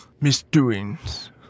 misdoings